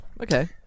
Okay